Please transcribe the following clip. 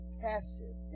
passive